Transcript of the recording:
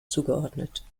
zugeordnet